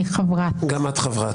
אני חברת.